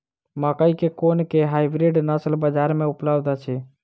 मकई केँ कुन केँ हाइब्रिड नस्ल बजार मे उपलब्ध अछि?